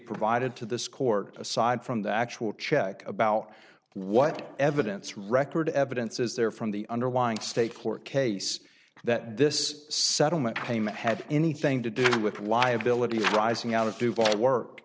provided to this court aside from the actual check about what evidence record evidence is there from the underlying state court case that this settlement payment had anything to do with liabilities arising out of dubai work